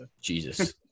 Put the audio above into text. Jesus